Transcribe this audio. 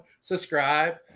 Subscribe